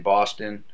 Boston